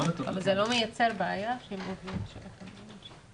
אבל זה לא מייצר בעיה, שהם עובדים של הקבלן?